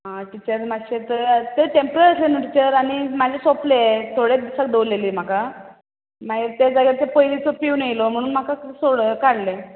teacher थंय temporary आसलें न्हय टिचर आनी म्हजें सोंपलें थोडेच दिसांक दवरलेलें म्हाका मागीर ते जाग्यार तो पयलींचो प्यून आयलो म्हणून म्हाका काडलें